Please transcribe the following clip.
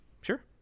sure